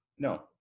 No